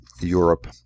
europe